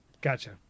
Gotcha